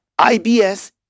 IBS